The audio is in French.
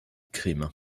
crime